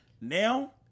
Now